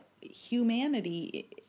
humanity